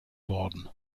worden